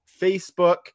Facebook